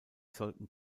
sollten